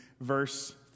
verse